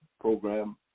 program